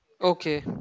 Okay